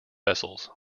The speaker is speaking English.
vessels